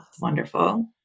wonderful